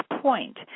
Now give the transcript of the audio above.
point